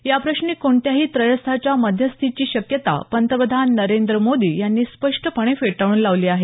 याप्रश्नी कोणत्याही त्रयस्थाच्या मध्यस्थीची शक्यता पंतप्रधान नरेंद्र मोदी यांनी स्पष्टपणे फेटाळून लावली आहे